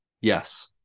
Yes